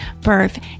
birth